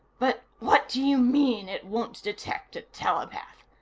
but what do you mean, it won't detect a telepath?